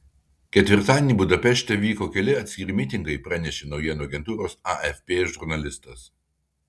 ketvirtadienį budapešte vyko keli atskiri mitingai pranešė naujienų agentūros afp žurnalistas